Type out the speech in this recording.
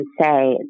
say